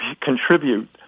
contribute